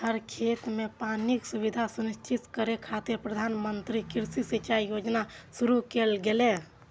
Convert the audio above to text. हर खेत कें पानिक सुविधा सुनिश्चित करै खातिर प्रधानमंत्री कृषि सिंचाइ योजना शुरू कैल गेलै